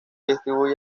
distribuyen